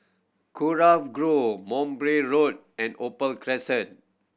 Kurau Grove Monbray Road and Opal Crescent